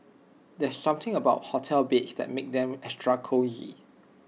there's something about hotel beds that makes them extra cosy